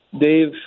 Dave